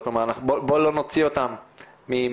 בואו לא נוציא אותם מהמשוואה.